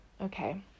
Okay